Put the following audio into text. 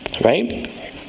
Right